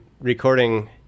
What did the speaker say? recording